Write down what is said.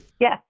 Yes